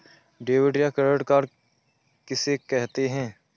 Debit या credit card किसे कहते हैं?